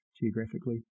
geographically